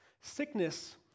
Sickness